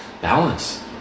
Balance